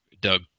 Doug